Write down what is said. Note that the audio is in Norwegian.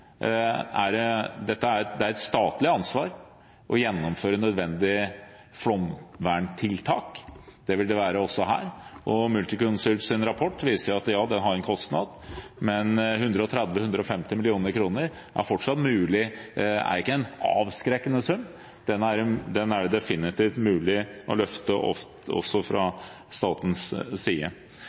Det er et statlig ansvar å gjennomføre nødvendige flomverntiltak. Det vil det også være her. Multiconsults rapport viser at det har en kostnad, men 130 mill. kr–150 mill. kr er ikke en avskrekkende sum. Det er det definitivt mulig å løfte også fra statens side.